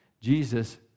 Jesus